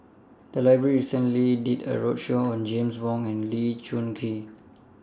The Library recently did A roadshow on James Wong and Lee Choon Kee